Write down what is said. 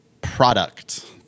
product